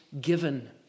given